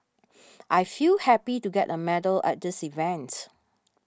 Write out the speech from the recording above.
I feel happy to get a medal at this event